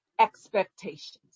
expectations